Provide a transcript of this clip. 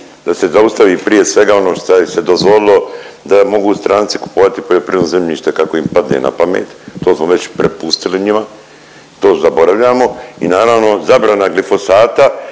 da se zaustavi prije svega ono šta je se dozvolio da mogu stranci kupovati poljoprivredno zemljište kako im padne na pamet, to smo već prepustili njima, to zaboravljamo. I naravno zabrana glifosata